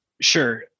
Sure